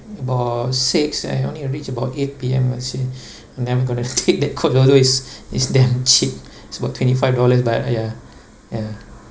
about six I only reach about eight P_M I say I'm never gonna take that coach although it's it's damn cheap it's about twenty five dollars but !aiya! ya